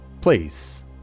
please